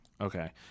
Okay